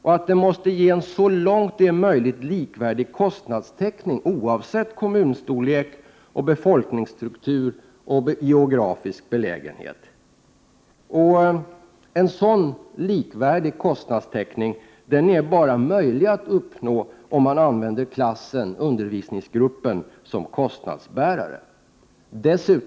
Statsbidraget måste ge en så långt det är möjligt likvärdig kostnadstäckning, oavsett kommunstorlek, befolkningsstruktur och geografisk belägenhet. En sådan likvärdig kostnadstäckning är möjlig att uppnå bara om man använder klassen, dvs. undervisningsgruppen, som kostnadsbärare.